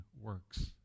works